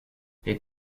les